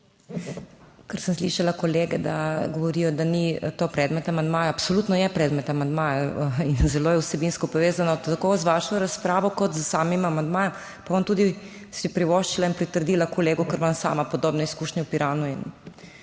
Ker sem slišala kolege, da govorijo, da ni to predmet amandmaja - absolutno je predmet amandmaja in zelo je vsebinsko povezano tako z vašo razpravo kot s samim amandmajem. Pa si bom tudi privoščila in pritrdila kolegu, ker imam sama podobne izkušnje v Piranu in